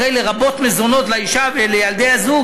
אחרי "לרבות מזונות לאישה ולילדי הזוג"